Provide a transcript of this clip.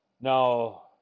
now